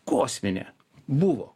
kosminė buvo